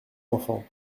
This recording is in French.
enfant